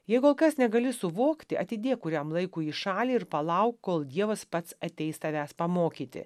jei kol kas negali suvokti atidėk kuriam laikui į šalį ir palauk kol dievas pats ateis tavęs pamokyti